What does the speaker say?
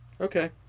Okay